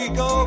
go